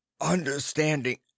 understanding